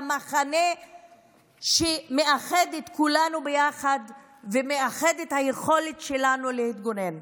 במחנה שמאחד את כולנו ביחד ומאחד את היכולת שלנו להתגונן.